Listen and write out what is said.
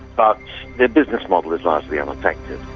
but their business model is largely unaffected.